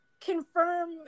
confirm